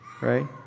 Right